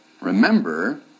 Remember